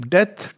Death